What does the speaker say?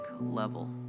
level